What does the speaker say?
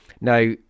Now